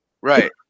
Right